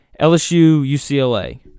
LSU-UCLA